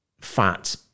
fat